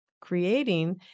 creating